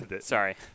Sorry